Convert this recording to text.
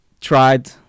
tried